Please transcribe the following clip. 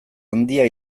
handia